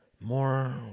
more